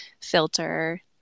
filter